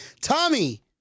Tommy